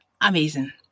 Amazing